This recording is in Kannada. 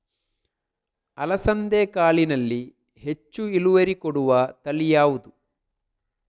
ಅಲಸಂದೆ ಕಾಳಿನಲ್ಲಿ ಹೆಚ್ಚು ಇಳುವರಿ ಕೊಡುವ ತಳಿ ಯಾವುದು?